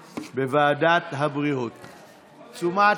2022, לוועדת הבריאות נתקבלה.